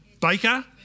Baker